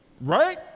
right